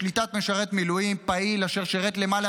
בשליטת משרת מילואים פעיל אשר שירת למעלה